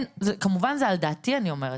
וזה כמובן על דעתי מה שאני אומרת,